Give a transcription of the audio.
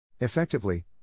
Effectively